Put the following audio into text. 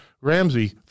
Ramsey